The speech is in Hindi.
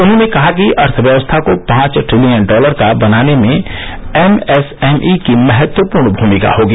उन्होंने कहा कि अर्थव्यवस्था को पांच ट्रिलियन डॉलर का बनाने में एम एस एम ई की महत्वपूर्ण भूमिका होगी